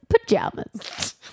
pajamas